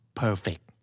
perfect